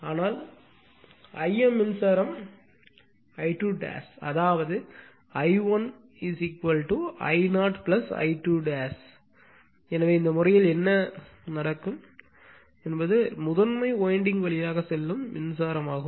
ஆனால் ஆம் மின்சாரம் I2 அதாவது I1 I0 I2 எனவே இந்த முறையில் என்ன நடக்கும் என்பது முதன்மை வைண்டிங் வழியாக செல்லும் மின்சாரமாகும்